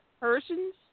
persons